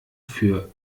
für